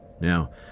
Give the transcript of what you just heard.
Now